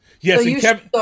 yes